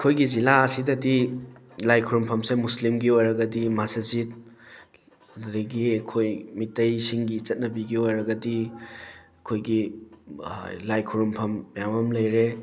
ꯑꯩꯈꯣꯏꯒꯤ ꯖꯤꯜꯂꯥ ꯑꯁꯤꯗꯗꯤ ꯂꯥꯏ ꯈꯨꯔꯨꯝꯐꯝ ꯁꯪ ꯃꯨꯁꯂꯤꯝꯒꯤ ꯑꯣꯏꯔꯒꯗꯤ ꯃꯥꯁꯖꯤꯠ ꯑꯗꯨꯗꯒꯤ ꯑꯩꯈꯣꯏ ꯃꯤꯇꯩꯁꯤꯡꯒꯤ ꯆꯠꯅꯕꯤꯒꯤ ꯑꯣꯏꯔꯒꯗꯤ ꯑꯩꯈꯣꯏꯒꯤ ꯂꯥꯏ ꯈꯨꯔꯨꯝꯐꯝ ꯃꯌꯥꯝ ꯑꯃ ꯂꯩꯔꯦ